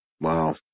Wow